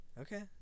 Okay